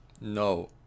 No